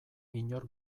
inor